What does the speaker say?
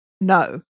No